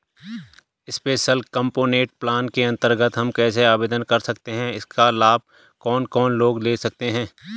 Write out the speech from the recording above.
Special component plan के अन्तर्गत हम कैसे आवेदन कर सकते हैं इसका लाभ कौन कौन लोग ले सकते हैं?